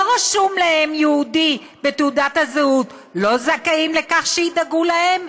רשום להם "יהודי" בתעודת הזהות לא זכאים לכך שידאגו להם?